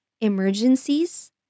emergencies